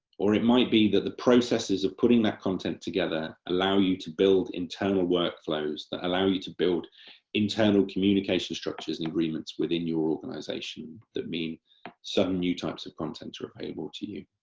or it might be that the processes of putting that content together allow you to build internal workflows that allow you to build internal communication structures and agreements within your organisation, that mean some new types of content are available to you.